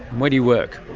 where do you work?